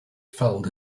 fell